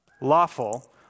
lawful